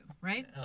right